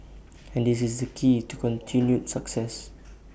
and this is the key to continued success